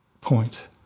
point